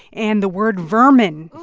and the word vermin,